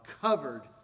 covered